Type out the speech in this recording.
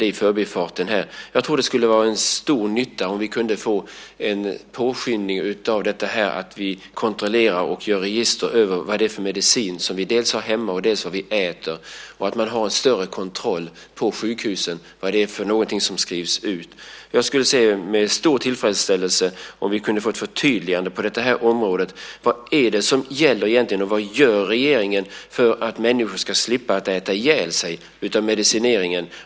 Jag tror att det skulle vara en stor nytta om vi kunde få en påskyndning av att vi kontrollerar och gör register över dels vad det är för medicin som vi har hemma, dels vad det är vi äter. Man måste ha en större kontroll på sjukhusen av vad det är för någonting som skrivs ut. Jag skulle känna en stor tillfredställelse om vi kunde få ett förtydligande på området. Vad är det som egentligen som gäller? Vad gör regeringen för att människor ska slippa att äta ihjäl sig av medicineringen?